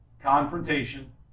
Confrontation